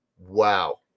Wow